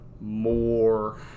more